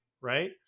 right